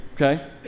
okay